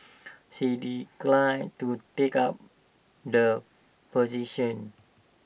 she declined to take up the position